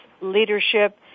Leadership